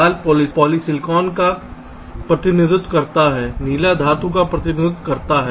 लाल polysilicon का प्रतिनिधित्व करता है नीला धातु का प्रतिनिधित्व करता है